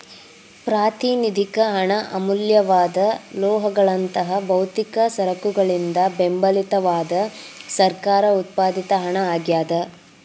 ಪ್ರಾತಿನಿಧಿಕ ಹಣ ಅಮೂಲ್ಯವಾದ ಲೋಹಗಳಂತಹ ಭೌತಿಕ ಸರಕುಗಳಿಂದ ಬೆಂಬಲಿತವಾದ ಸರ್ಕಾರ ಉತ್ಪಾದಿತ ಹಣ ಆಗ್ಯಾದ